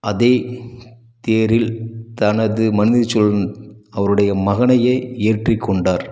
அதே தேரில் தனது மனுநீதிச் சோழன் அவருடைய மகனையே ஏற்றிக் கொன்றார்